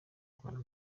rwanda